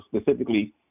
specifically